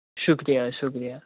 شُکرِیہ شُکرِیہ